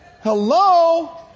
Hello